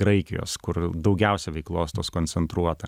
graikijos kur daugiausia veiklos tos koncentruota